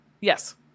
Yes